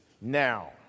Now